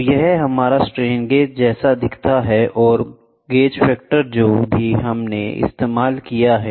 तो यह हमारा स्ट्रेन गेज जैसा दिखता है और गेज फैक्टर जो भी हमने इस्तेमाल किया है